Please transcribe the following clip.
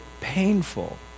painful